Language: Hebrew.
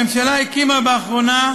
הממשלה הקימה באחרונה,